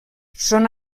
són